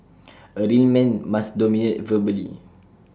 A real man must dominate verbally